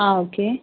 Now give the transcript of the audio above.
ஆ okay